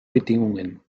bedingungen